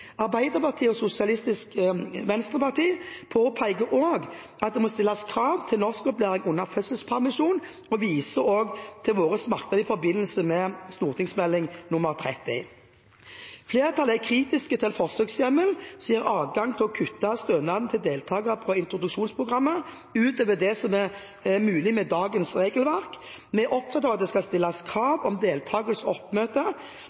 Arbeiderpartiet og Sosialistisk Venstreparti påpeker også at det må stilles krav til norskopplæring under fødselspermisjon og viser til partienes merknader i forbindelse med Meld. St. 30 for 2015–2016. Flertallet er kritisk til en forsøkshjemmel som gir adgang til å kutte stønaden til deltakere på introduksjonsprogrammet utover det som er mulig med dagens regelverk. Vi er opptatt av at det skal stilles